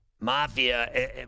Mafia